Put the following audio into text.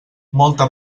molta